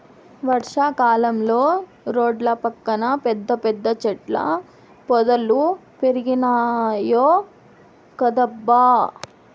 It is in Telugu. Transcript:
వర్షా కాలంలో రోడ్ల పక్కన పెద్ద పెద్ద చెట్ల పొదలు పెరిగినాయ్ కదబ్బా